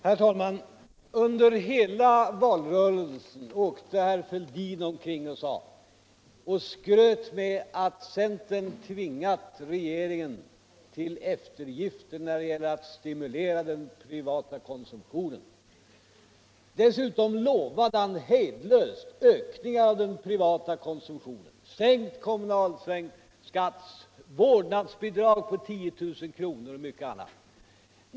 Herr talman! Under hela valrörelsen åkte herr Fälldin omkring och skröt med att centern tvingat regeringen till eftergifter när det gällde att stimulera den privata konsumtionen. Dessutom lovade han hejdlöst ökningar av den privata konsumttionen, sänkta kommunalskatter, vårdnadsbidrag på 10 000 kr. och mycket annat.